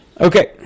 Okay